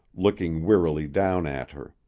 looking wearily down at her.